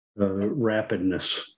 rapidness